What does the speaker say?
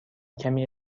کمی